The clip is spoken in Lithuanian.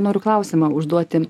noriu klausimą užduoti